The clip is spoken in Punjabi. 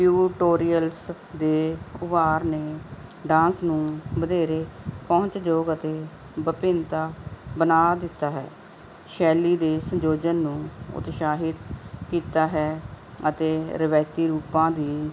ਟਿਊਟੋਰੀਅਲਸ ਦੇ ਉਭਾਰ ਨੇ ਡਾਂਸ ਨੂੰ ਵਧੇਰੇ ਪਹੁੰਚਯੋਗ ਅਤੇ ਵਿਭਿੰਤਾ ਬਣਾ ਦਿੱਤਾ ਹੈ ਸ਼ੈਲੀ ਦੇ ਸੰਯੋਜਨ ਨੂੰ ਉਤਸ਼ਾਹਿਤ ਕੀਤਾ ਹੈ ਅਤੇ ਰਵਾਇਤੀ ਰੂਪਾਂ ਦੀ